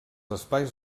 espais